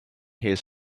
his